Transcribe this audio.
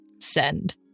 Send